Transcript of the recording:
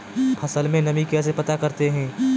फसल में नमी कैसे पता करते हैं?